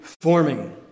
forming